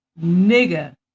nigga